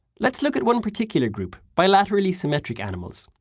let's look at one particular group bilaterally symmetric animals.